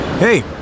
Hey